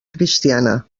cristiana